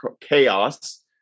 Chaos